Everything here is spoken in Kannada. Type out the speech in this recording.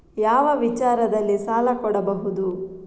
ಯಾವ ವಿಚಾರದಲ್ಲಿ ಸಾಲ ಕೊಡಬಹುದು?